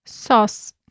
Sauce